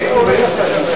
ממשלה?